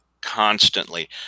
constantly